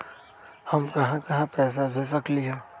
हम कहां कहां पैसा भेज सकली ह?